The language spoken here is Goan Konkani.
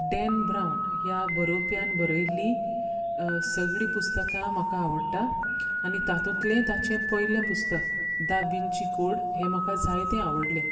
डॅन ब्राउन ह्या बरोवप्यान बरयिल्लीं सगळीं पुस्तकां म्हाका आवडटा आनी तातुंतलें ताचें पयलें पुस्तक दा विंची कोड हें म्हाका जायतें आवडलें